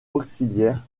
auxiliaires